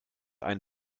ein